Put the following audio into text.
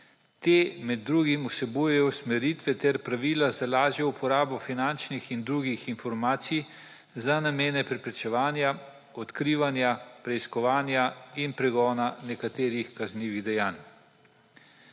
Te med drugim vsebujejo usmeritve ter pravila za lažjo uporabo finančnih in drugih informacij za namene preprečevanja, odkrivanja, preiskovanja in pregona nekaterih kaznivih dejanj.